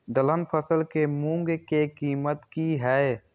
दलहन फसल के मूँग के कीमत की हय?